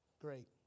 Great